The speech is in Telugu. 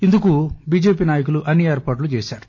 ఇందుకు బిజెపి నాయకులు అన్ని ఏర్పాట్లు చేశారు